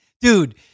Dude